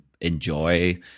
enjoy